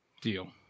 Deal